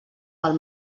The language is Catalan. pel